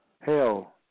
Hell